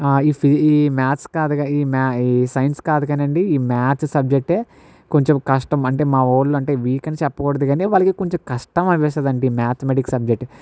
ఈ ఫీ ఈ మాథ్స్ కాదు కాని ఈ మా ఈ సైన్స్ కాదు కాని అండి ఈ మాథ్స్ సబ్జెక్ట్ ఏ కొంచెం కష్టం అంటే మా వాళ్ళు అంటే వీక్ అని చెప్పకూడదు కాని వాళ్ళకి కొంచెం కష్టం అనిపిస్తుంది అండి మ్యాథమేటిక్స్ సబ్జెక్ట్